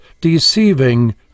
deceiving